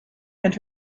and